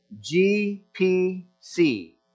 G-P-C